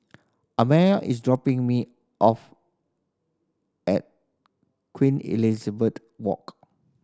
Amaya is dropping me off at Queen Elizabeth Walk